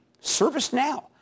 ServiceNow